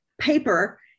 paper